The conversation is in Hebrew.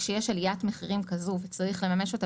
כשיש עליית מחירים כזו וצריך לממש אותה